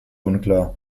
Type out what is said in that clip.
unklar